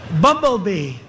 Bumblebee